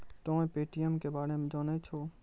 तोंय पे.टी.एम के बारे मे जाने छौं?